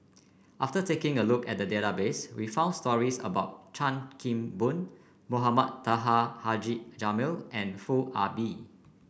after taking a look at the database we found stories about Chan Kim Boon Mohamed Taha Haji Jamil and Foo Ah Bee